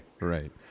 right